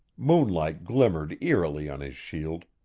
moonlight glimmered eerily on his shield,